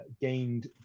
gained